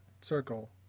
circle